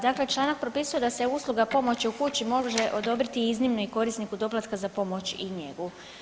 Dakle, članak propisuje da se usluga pomoći u kući može odobriti i iznimno i korisniku doplatka za pomoć i njegu.